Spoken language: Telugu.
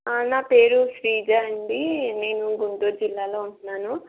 నా పేరు శ్రీజ అండి నేను గుంటూరు జిల్లాలో ఉంటున్నాను